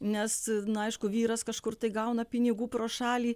nes na aišku vyras kažkur tai gauna pinigų pro šalį